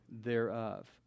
thereof